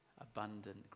Abundant